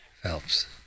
Phelps